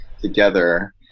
together